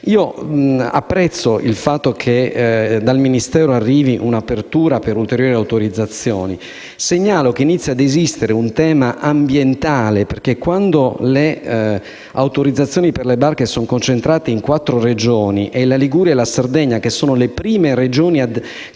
Apprezzo il fatto che dal Ministero arrivi un'apertura per ulteriori autorizzazioni. Segnalo che inizia ad esistere un tema ambientale, perché quando le autorizzazioni per le barche sono concentrate in quattro Regioni, e la Liguria e la Sardegna, che sono le prime Regioni a